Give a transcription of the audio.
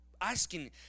asking